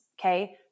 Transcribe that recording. okay